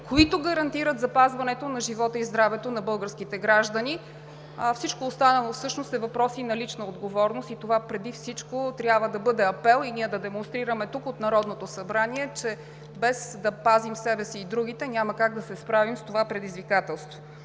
които гарантират запазването на живота и здравето на българските граждани. Всичко останало всъщност е въпрос и на лична отговорност. Това преди всичко трябва да бъде апел и ние да демонстрираме тук от Народното събрание, че без да пазим себе си и другите, няма как да се справим с това предизвикателство.